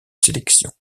sélection